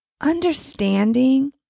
understanding